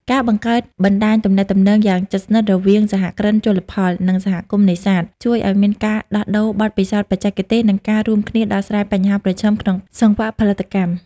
ការបង្កើតបណ្ដាញទំនាក់ទំនងយ៉ាងជិតស្និទ្ធរវាងសហគ្រិនជលផល និងសហគមន៍នេសាទ ជួយឱ្យមានការដោះដូរបទពិសោធន៍បច្ចេកទេស និងការរួមគ្នាដោះស្រាយបញ្ហាប្រឈមក្នុងសង្វាក់ផលិតកម្ម។